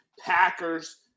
Packers